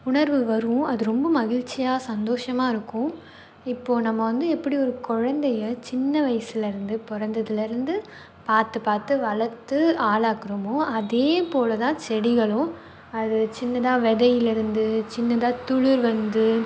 உணர்வு வரும் அது ரொம்ப மகிழ்ச்சியாக சந்தோஷமாக இருக்கும் இப்போ நம்ம வந்து எப்படி ஒரு குழந்தையை சின்ன வயதுலருந்து பிறந்ததுலருந்து பார்த்துப் பார்த்து வளர்த்து ஆளாக்குகிறோமோ அதேபோலதான் செடிகளும் அது சின்னதாக விதையிலேருந்து சின்னதாக துளிர் வந்து